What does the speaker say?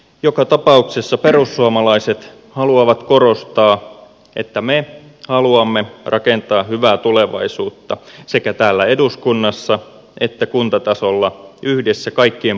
joka tapauksessa perussuomalaiset haluavat korostaa että me haluamme rakentaa hyvää tulevaisuutta sekä täällä eduskunnassa että kuntatasolla yhdessä kaikkien puolueiden kanssa